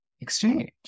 exchange